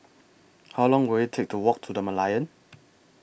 How Long Will IT Take to Walk to The Merlion